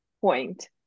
point